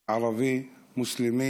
ערבי-מוסלמי